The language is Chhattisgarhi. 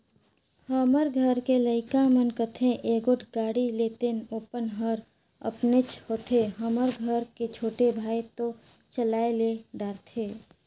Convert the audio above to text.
हमर घर के लइका मन कथें एगोट गाड़ी लेतेन अपन हर अपनेच होथे हमर घर के छोटे भाई तो चलाये ले डरथे